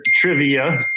trivia